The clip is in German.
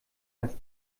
als